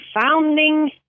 founding